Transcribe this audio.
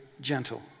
gentle